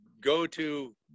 go-to